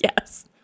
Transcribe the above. Yes